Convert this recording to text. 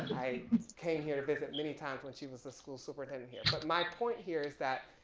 i came here to visit many times when she was a school superintendent here, but my point here is that